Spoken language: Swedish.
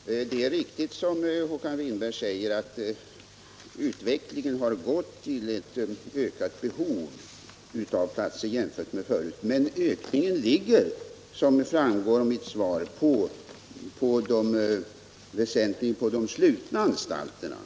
Herr talman! Det är riktigt, som Håkan Winberg påpekar, att utvecklingen har gått till ett ökat behov av platser. Men ökningen ligger, som framgår av mitt svar, väsentligen på de slutna anstalterna.